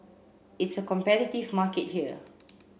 it's a competitive market here